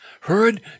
heard